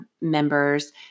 members